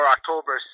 October